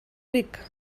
ric